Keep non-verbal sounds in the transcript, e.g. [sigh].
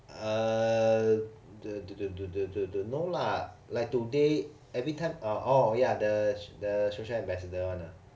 uh [noise] no lah like today everytime ah oh ya the the social ambassador one ah